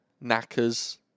Knackers